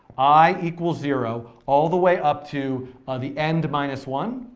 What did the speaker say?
i equals zero all the way up to the end minus one.